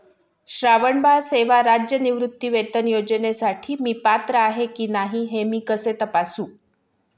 श्रावणबाळ सेवा राज्य निवृत्तीवेतन योजनेसाठी मी पात्र आहे की नाही हे मी कसे तपासू?